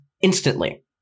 instantly